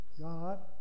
God